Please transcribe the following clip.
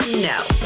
now.